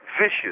vicious